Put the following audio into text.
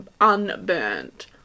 unburnt